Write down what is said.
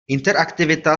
interaktivita